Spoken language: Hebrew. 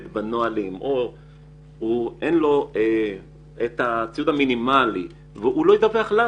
בנוהל או שאין לו את הציוד המינימלי הוא לא ידווח לנו